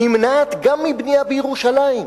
נמנעת גם מבנייה בירושלים,